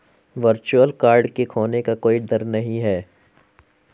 virtual card के खोने का कोई दर नहीं है